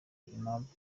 impamvu